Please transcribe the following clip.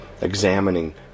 examining